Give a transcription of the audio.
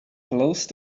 close